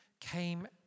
came